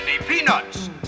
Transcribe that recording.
peanuts